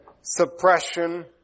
suppression